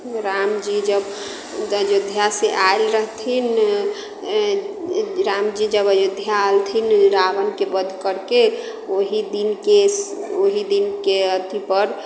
रामजी जब ओ जब अयोध्यासँ आयल रहथिन रामजी जब अयोध्या एलथिन रावणके वध करि कऽ ओही दिनके ओही दिनके अथीपर